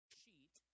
sheet